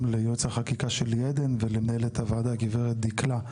ליועץ החקיקה שלי עדן ולמנהלת הוועדה הגב' דיקלה,